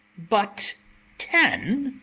but ten?